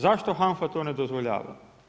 Zašto HANFA to ne dozvoljava?